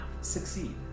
succeed